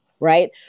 Right